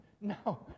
no